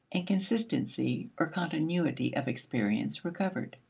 and consistency or continuity of experience recovered.